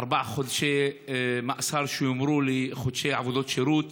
ארבעה חודשי מאסר, שהומרו לחודשי עבודות שירות